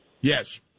yes